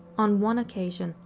on one occasion,